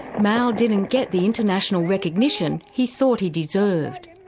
mao didn't get the international recognition he thought he deserved.